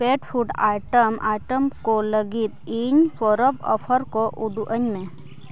ᱯᱮᱴ food item ᱟᱭᱴᱮᱢᱠᱚ ᱞᱟᱹᱜᱤᱫ ᱤᱧ ᱯᱚᱨᱚᱵᱽ ᱚᱯᱷᱟᱨ ᱠᱚ ᱩᱫᱩᱜ ᱟᱹᱧᱢᱮ